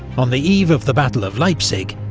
on the eve of the battle of leipzig,